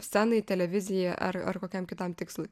scenai televizijai ar ar kokiam kitam tikslui